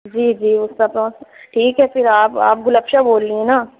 جی جی وہ سب آپ ٹھیک ہے پھر آپ آپ گل افشاں بول رہی ہیں نا